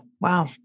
Wow